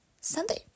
Sunday